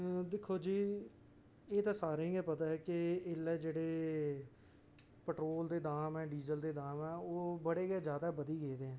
दिक्खो जी एह् ते सारें गी पता ऐ कि पैह्लें जेहड़े पेट्रोल दे दाम ऐ डीजल दे दाम ऐ ओह् बड़े गै ज्यादा बधी गेदे न